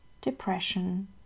depression